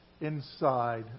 inside